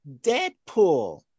Deadpool